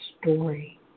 story